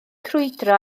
crwydro